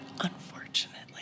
Unfortunately